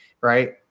right